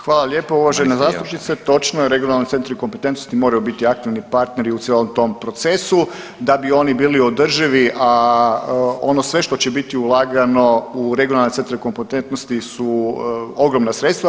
Hvala lijepo uvažena zastupnice. je, regionalni centri kompetentnosti moraju biti aktivni partneri u cijelom tom procesu da bi oni bili održivi, a ono sve što će biti ulagano u regionalne centre kompetentnosti su ogromna sredstva.